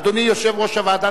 אדוני יושב-ראש הוועדה,